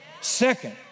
Second